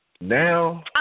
Now